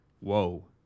Whoa